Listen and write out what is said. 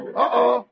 Uh-oh